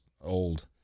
old